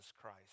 Christ